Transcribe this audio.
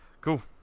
Cool